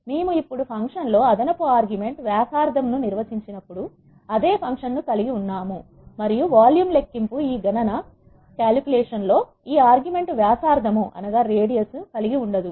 మేము ఇప్పుడు ఫంక్షన్ లో అదనపు ఆర్గ్యుమెంట్ వ్యాసార్థం ని నిర్వచించినప్పుడు అదే ఫంక్షన్ ను కలిగి ఉన్నాము మరియు వాల్యూమ్ లెక్కింపు ఈ గణన లో ఈ ఆర్గ్యుమెంట్ వ్యాసార్థం ను కలిగి ఉండదు